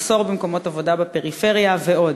מחסור במקומות עבודה בפריפריה ועוד.